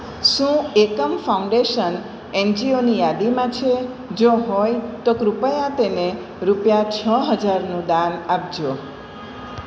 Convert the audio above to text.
શું એકમ ફાઉન્ડેશન એનજીઓની યાદીમાં છે જો હોય તો કૃપયા તેને રૂપિયા છ હજારનું દાન આપજો